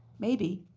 maybe.